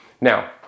Now